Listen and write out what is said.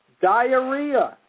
diarrhea